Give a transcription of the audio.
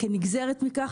כנגזרת מכך,